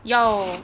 yo